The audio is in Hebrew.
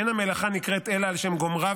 אין המלאכה נקראת אלא על שם גומרה,